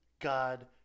God